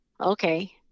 okay